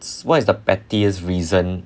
s~ what is the pettiest reason